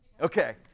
okay